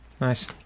Nice